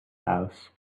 house